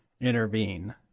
intervene